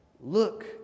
Look